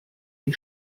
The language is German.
die